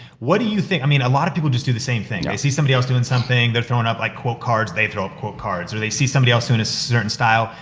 what do you think? i mean, a lot of people just do the same thing. they see somebody else doing something, they're throwin' up like quote cards, they throw up quote cards, or they see somebody else doin' a certain style.